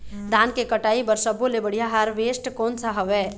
धान के कटाई बर सब्बो ले बढ़िया हारवेस्ट कोन सा हवए?